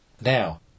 Now